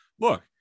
look